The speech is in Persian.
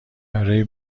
برای